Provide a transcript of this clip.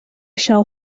shall